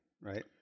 right